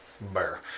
Bear